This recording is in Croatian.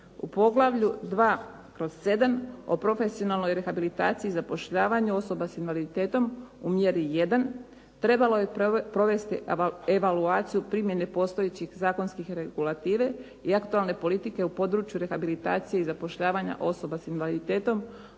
U poglavlju 2/7 o profesionalnoj rehabilitaciji i zapošljavanje osoba s invaliditetom u mjeri 1 trebalo je provesti evaluaciju primjene postojećih zakonskih regulativa i aktualne politike u području rehabilitacije i zapošljavanja osoba s invaliditetom